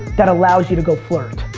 that allows you to go flirt.